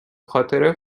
خاطره